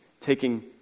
taking